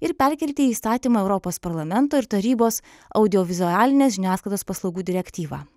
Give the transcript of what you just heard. ir perkelti į įstatymą europos parlamento ir tarybos audiovizualinės žiniasklaidos paslaugų direktyvą